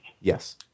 Yes